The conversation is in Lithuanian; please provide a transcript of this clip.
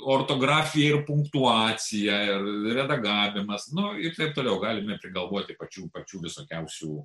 ortografija punktuacija redagavimas nu ir taip toliau galime prigalvoti pačių pačių visokiausių